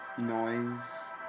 noise